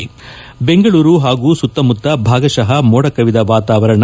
ರಾಜಧಾನಿ ಬೆಂಗಳೂರು ಹಾಗೂ ಸುತ್ತಮುತ್ತ ಭಾಗಶಃ ಮೋಡಕವಿದ ವಾತಾವರಣ